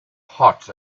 hot